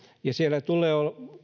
siellä tulee